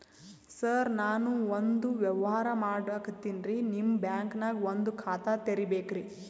ಸರ ನಾನು ಒಂದು ವ್ಯವಹಾರ ಮಾಡಕತಿನ್ರಿ, ನಿಮ್ ಬ್ಯಾಂಕನಗ ಒಂದು ಖಾತ ತೆರಿಬೇಕ್ರಿ?